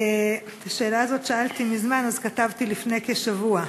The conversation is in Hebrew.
את השאלה הזאת שאלתי מזמן, אז כתבתי "לפני כשבוע"